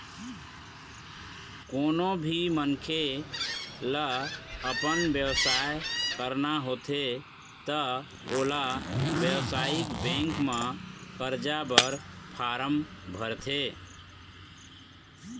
कोनो भी मनखे ल अपन बेवसाय करना होथे त ओला बेवसायिक बेंक म करजा बर फारम भरथे